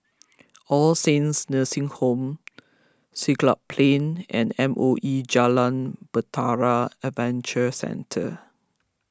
All Saints Nursing Home Siglap Plain and M O E Jalan Bahtera Adventure Centre